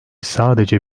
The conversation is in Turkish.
sadece